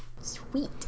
Sweet